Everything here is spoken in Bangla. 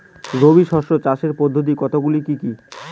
রবি শস্য চাষের পদ্ধতি কতগুলি কি কি?